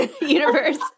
universe